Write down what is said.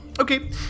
Okay